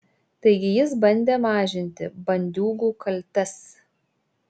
taigi jis bandė mažinti bandiūgų kaltes